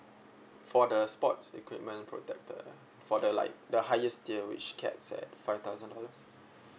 for the sports equipment protector for the like the highest tier which caps at five thousand dollars